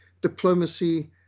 diplomacy